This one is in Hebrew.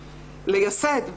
לייסד,